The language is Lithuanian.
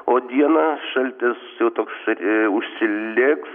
o dieną šaltis jau toksai a užsiliks